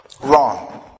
wrong